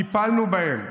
טיפלנו בהם,